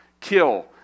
kill